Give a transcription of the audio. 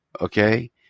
okay